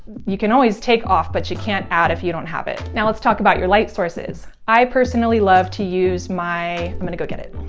you can always take off but you can't add if you don't have it. now let's talk about your light sources. i personally love to use my. i'm gonna go get it.